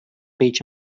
beach